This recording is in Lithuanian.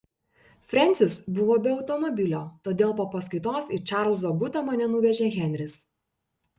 frensis buvo be automobilio todėl po paskaitos į čarlzo butą mane nuvežė henris